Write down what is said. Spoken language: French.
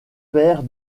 père